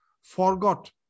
forgot